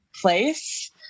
place